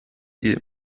ihr